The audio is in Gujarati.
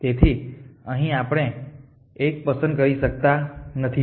તેથી અહીં આપણે 1 પસંદ કરી શકતા નથી